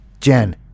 Jen